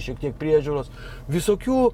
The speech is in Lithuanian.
šiek tiek priežiūros visokių